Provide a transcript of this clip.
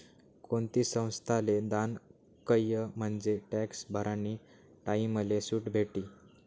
कोणती संस्थाले दान कयं म्हंजे टॅक्स भरानी टाईमले सुट भेटी